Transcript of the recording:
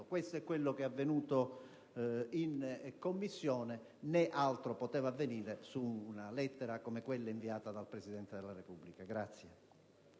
Questo è quanto è avvenuto in Commissione, né altro poteva avvenire su una lettera come quella inviata dal Presidente della Repubblica.